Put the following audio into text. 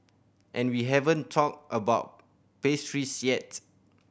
and we haven't talked about pastries yet